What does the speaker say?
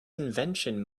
invention